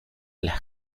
las